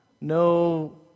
no